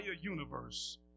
universe